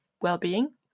well-being